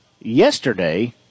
yesterday